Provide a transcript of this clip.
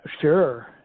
Sure